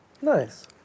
Nice